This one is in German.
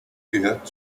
gehört